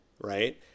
right